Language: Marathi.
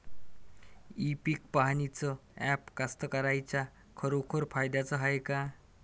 इ पीक पहानीचं ॲप कास्तकाराइच्या खरोखर फायद्याचं हाये का?